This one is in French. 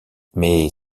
mais